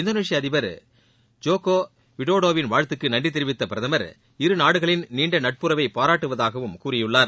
இந்தோனேஷிய அதிபர் ஜோக்கோ விடோடோவின் வாழ்த்துக்கு நன்றி தெரிவித்த பிரதமர் இருநாடுகளின் நீண்ட நட்புறவை பாராட்டுவதாகவும் கூறியுள்ளார்